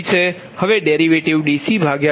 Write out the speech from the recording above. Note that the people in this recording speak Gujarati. હવે ડેરિવેટિવ∂CPg20